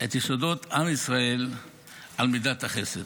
את יסודות עם ישראל על מידת החסד.